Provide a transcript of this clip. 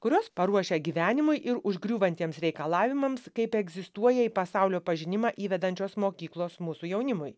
kurios paruošia gyvenimui ir užgriūvantiems reikalavimams kaip egzistuoja į pasaulio pažinimą įvedančios mokyklos mūsų jaunimui